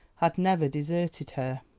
had never deserted her.